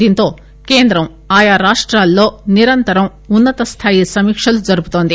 దీంతో కేంద్రం ఆయా రాష్టాలతో నిరంతరం ఉన్నతస్థాయి సమీక్షలు జరుపుతోంది